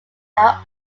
are